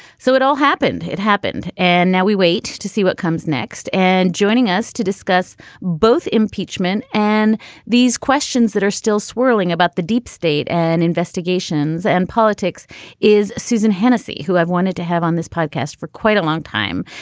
so it all happened. it happened. and now we wait to see what comes next. and joining us to discuss both impeachment and these questions that are still swirling about the deep state and investigations and politics is susan hennessey, who have wanted to have on this podcast for quite a long time.